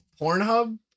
Pornhub